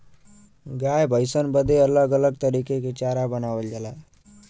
गाय भैसन बदे अलग अलग तरीके के चारा बनावल जाला